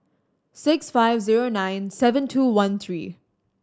six five zero nine seven two one three